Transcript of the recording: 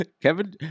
Kevin